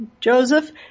Joseph